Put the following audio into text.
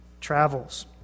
travels